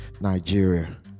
Nigeria